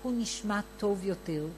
הוא נשמע טוב יותר,